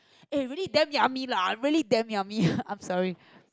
eh really damn yummy lah really damn yummy I'm sorry